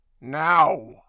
now